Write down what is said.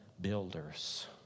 builders